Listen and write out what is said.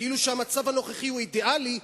כאילו שהמצב הנוכחי הוא אידיאלי,